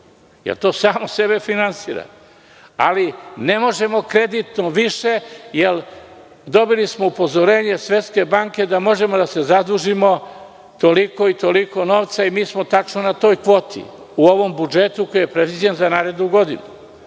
li to samo sebe finansira? Ali, ne možemo kreditno više, jer smo dobili upozorenje Svetske banke da možemo da se zadužimo toliko i toliko novca i mi smo tačno na toj kvoti u ovom budžetu koji je predviđen za narednu godinu. Znači,